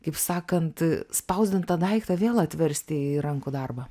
kaip sakant spausdintą daiktą vėl atversti į rankų darbą